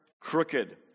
crooked